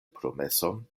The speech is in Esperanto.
promeson